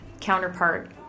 counterpart